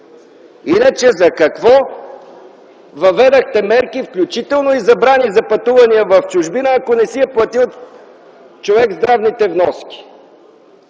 Иначе за какво въведохте мерки, включително и забрани за пътувания в чужбина, ако човек не си е платил здравните вноски?!